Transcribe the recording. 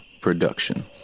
Production